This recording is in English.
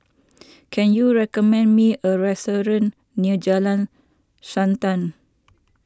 can you recommend me a restaurant near Jalan Srantan